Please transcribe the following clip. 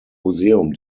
museum